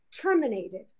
terminated